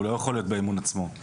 הוא לא יכול להיות באימון עצמו.